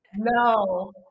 No